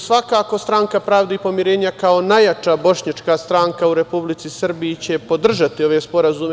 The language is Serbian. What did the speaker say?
Svakako će Stranka pravde i pomirenja, kao najjača kao bošnjačka stranka u Republici Srbiji, podržati ove sporazume.